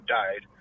died